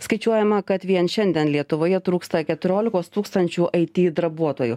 skaičiuojama kad vien šiandien lietuvoje trūksta keturiolikos tūkstančių aity darbuotojų